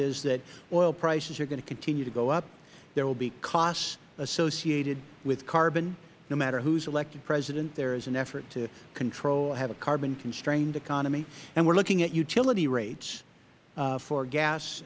is that oil prices are going to continue to go up there will be costs associated with carbon no matter who is elected president there is an effort to control or have a carbon constrained economy and we are looking at utility rates for gas